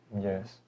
Yes